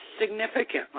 significantly